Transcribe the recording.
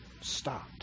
stopped